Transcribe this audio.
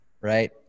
right